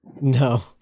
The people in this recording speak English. No